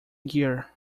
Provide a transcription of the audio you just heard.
gear